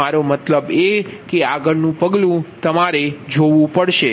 મારો મતલબ કે આગળનું પગલું તમારે જવું પડશે